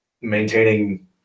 maintaining